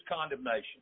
condemnation